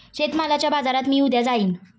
शेतमालाच्या बाजारात मी उद्या जाईन